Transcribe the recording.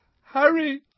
Harry